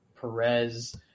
Perez